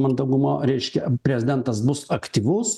mandagumo reiškia prezidentas bus aktyvus